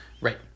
right